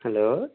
hello